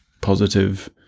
positive